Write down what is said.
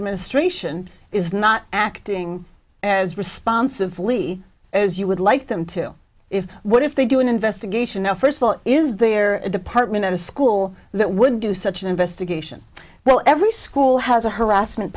administration is not acting as responsive as you would like them to if what if they do an investigation now first of all is there a department at a school that would do such an investigation well every school has a harassment